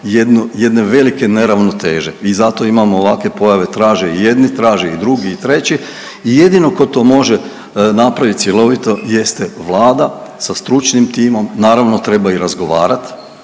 jedne velike neravnoteže i zato imamo ovakve pojave traže jedni, traže i drugi i treći i jedino ko to može napravit cjelovito jeste Vlada sa stručnim timom, naravno treba i razgovarat,